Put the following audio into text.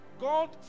God